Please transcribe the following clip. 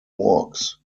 walks